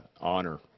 honor